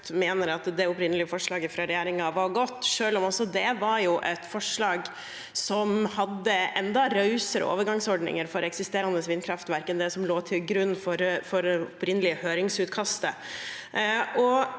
des. – Voteringer 2023 forslaget fra regjeringen var godt, selv om også det var et forslag som hadde enda rausere overgangsordninger for eksisterende vindkraftverk enn det som lå til grunn for det opprinnelige høringsutkastet.